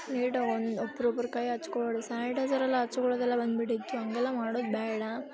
ನೀಟಾಗಿ ಒಂದು ಒಬ್ರೊಬ್ರು ಕೈ ಹಚ್ಕೊಳ್ ಸ್ಯಾನಿಟೈಝರೆಲ್ಲ ಹಚ್ಕೊಳೊದೆಲ್ಲ ಬಂದುಬಿಟ್ಟಿತ್ತು ಹಾಗೆಲ್ಲ ಮಾಡೋದು ಬೇಡ